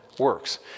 works